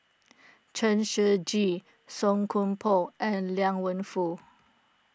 Chen Shiji Song Koon Poh and Liang Wenfu